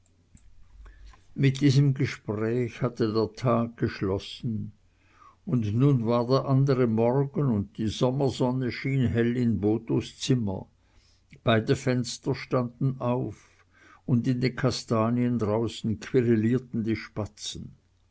mit diesem gespräche hatte der tag geschlossen und nun war der andre morgen und die sommersonne schien hell in bothos zimmer beide fenster standen auf und in den kastanien draußen quirilierten die spatzen